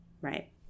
right